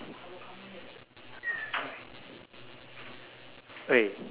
oh words is louder than action ah eh